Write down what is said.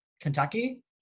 Kentucky